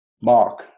mark